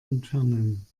entfernen